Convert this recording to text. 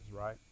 right